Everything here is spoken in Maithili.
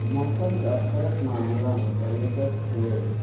मौसमके अवसरके मामिलामे पर्यटकके